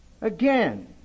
Again